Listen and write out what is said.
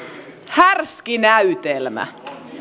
härski näytelmä